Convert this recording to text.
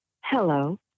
Hello